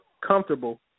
comfortable